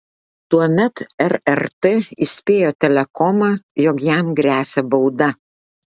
tuomet rrt įspėjo telekomą jog jam gresia bauda